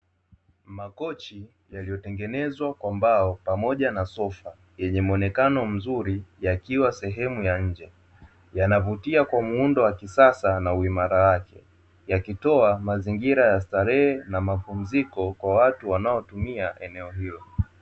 Makochi yaliyotengenezwa kwa mbao pamoja na sofa, yenye muonekano mzuri yakiwa sehemu ya nje. Yanavutia kwa muundo wa kisasa na uimara wake, yakitoa mazingira ya starehe na mapumziko kwa watu wanaotumia eneo hilo.